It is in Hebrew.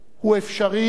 הוא אפשרי,